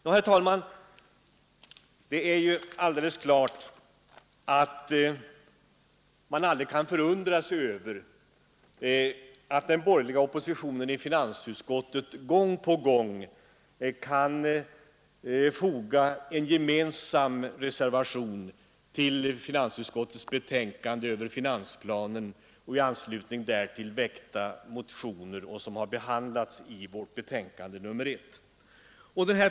Herr talman! Det är alldeles klart att man aldrig kan upphöra att förundra sig över att den borgerliga oppositionen i finansutskottet gång på gång kan foga en gemensam reservation till utskottets betänkande nr 1 över finansplanen och i anslutning därtill väckta motioner.